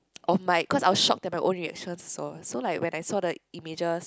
of like because I was shocked at my own reaction also so like when I saw the images